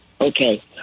Okay